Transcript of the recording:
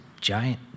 giant